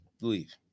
leave